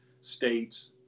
states